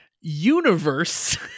universe